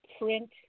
print